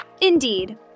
Indeed